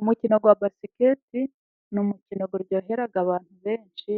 Umukino wa basikete ni umukino uryohera abantu benshi,